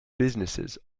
businesses